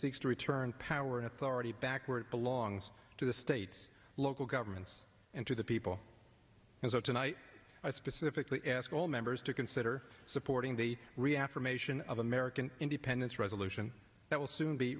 seeks to return power and authority back where it belongs to the states local governments and to the people and so tonight i specifically ask all members to consider supporting the reaffirmation of american independence resolution that will soon be